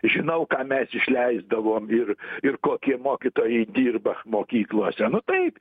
žinau ką mes išleisdavom ir ir kokie mokytojai dirba mokyklose nu taip